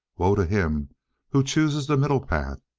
woe to him who chooses the middle path!